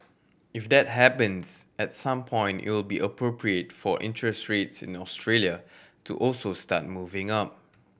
if that happens at some point it will be appropriate for interest rates in Australia to also start moving up